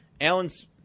Allen's